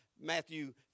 Matthew